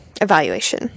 evaluation